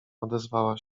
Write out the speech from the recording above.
odezwała